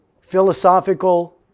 philosophical